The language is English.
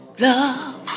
Love